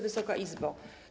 Wysoka Izbo!